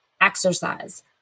exercise